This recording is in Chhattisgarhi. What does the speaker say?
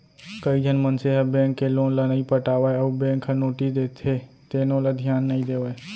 कइझन मनसे ह बेंक के लोन ल नइ पटावय अउ बेंक ह नोटिस देथे तेनो ल धियान नइ देवय